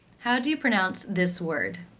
how do you pronounce this word?